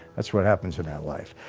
that's what happens in that life,